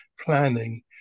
planning